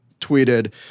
tweeted